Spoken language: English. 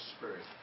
Spirit